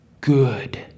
good